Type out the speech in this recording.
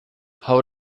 how